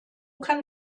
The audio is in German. kann